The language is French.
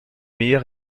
meilleur